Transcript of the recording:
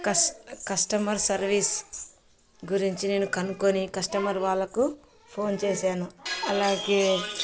customer service గురించి నేను కనుక్కొని కస్టమర్ వాళ్ళకు ఫోన్ చేశాను అలాగే